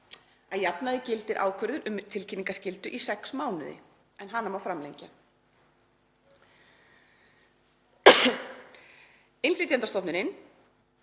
Að jafnaði gildir ákvörðun um tilkynningarskyldu í sex mánuði en hana má framlengja. Innflytjendastofnunin,